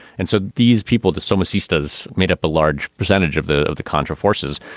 and so these people, to some assisters, made up a large percentage of the of the contra forces.